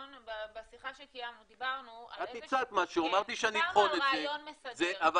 בשיחה שקיימנו דיברנו על רעיון מסדר --- את הצעת משהו,